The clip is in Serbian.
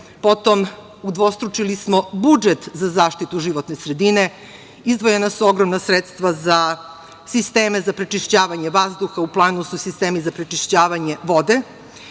potom udvostručili smo budžet za zaštitu životne sredine, izdvojena su ogromna sredstva za sisteme za prečišćavanje vazduha, u planu su sistemi za prečišćavanje vode. Moje